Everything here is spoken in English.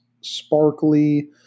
sparkly